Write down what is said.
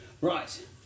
Right